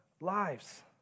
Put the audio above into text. lives